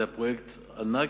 זה היה פרויקט ענק,